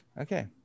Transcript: Okay